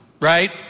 Right